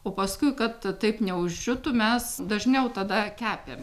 o paskui kad taip neuždžiūtų mes dažniau tada kepėm